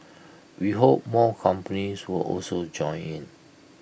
we hope more companies will also join in